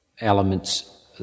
elements